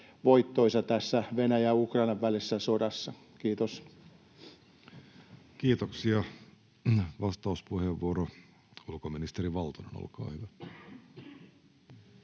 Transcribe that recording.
voittoisa tässä Venäjän ja Ukrainan välisessä sodassa. — Kiitos. Kiitoksia. — Vastauspuheenvuoro, ulkoministeri Valtonen, olkaa hyvä.